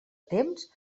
temps